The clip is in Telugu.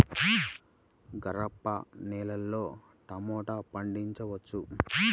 గరపనేలలో టమాటా పండించవచ్చా?